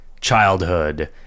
childhood